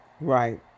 Right